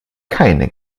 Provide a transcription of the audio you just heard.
keine